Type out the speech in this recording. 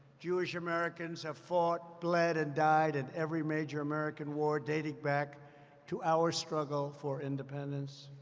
jewish americans have fought, bled, and died at every major american war dating back to our struggle for independence.